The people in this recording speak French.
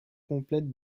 complètes